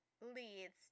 leads